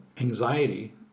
anxiety